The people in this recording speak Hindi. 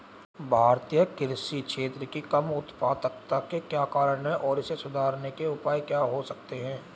भारतीय कृषि क्षेत्र की कम उत्पादकता के क्या कारण हैं और इसे सुधारने के उपाय क्या हो सकते हैं?